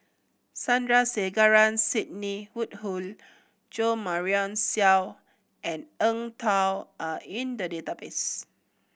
Sandrasegaran Sidney Woodhull Jo Marion Seow and Eng Tow are in the database